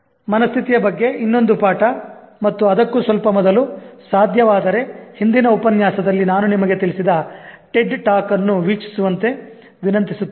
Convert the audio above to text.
ಮನಸ್ಥಿತಿಯ ಬಗ್ಗೆ ಇನ್ನೊಂದು ಪಾಠ ಮತ್ತು ಅದಕ್ಕೂ ಸ್ವಲ್ಪ ಮೊದಲು ಸಾಧ್ಯವಾದರೆ ಹಿಂದಿನ ಉಪನ್ಯಾಸದಲ್ಲಿ ನಾನು ನಿಮಗೆ ತಿಳಿಸಿದ TED talk ಅನ್ನು ವೀಕ್ಷಿಸುವಂತೆ ವಿನಂತಿಸುತ್ತೇನೆ